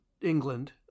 England